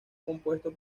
compuesto